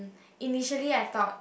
initially I thought